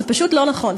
זה פשוט לא נכון.